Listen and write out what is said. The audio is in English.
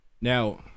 now